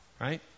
right